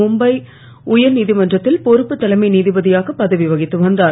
மும்பாய் உயர் நீதிமன்றத்தில் பொறுப்பு தலைமை நீதிபதியாக பதவி வகித்து வந்தார்